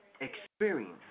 experience